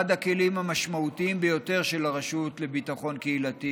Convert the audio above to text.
אחד הכלים המשמעותיים ביותר של הרשות לביטחון קהילתי